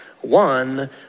one